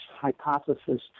hypothesis